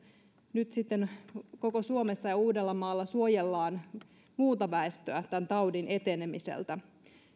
nyt sitten koko suomessa ja uudellamaalla suojellaan muuta väestöä tämän taudin etenemiseltä